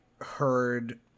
heard